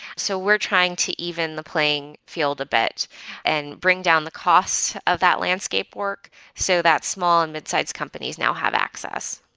so we're trying to even the playing field a bit and bring down the cost of that landscape work so that small and midsize companies now have access.